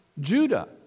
Judah